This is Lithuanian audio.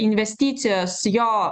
investicijos jo